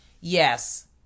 Yes